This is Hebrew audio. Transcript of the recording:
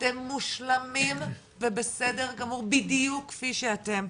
אתם מושלמים ובסדר גמור בדיוק כפי שאתם.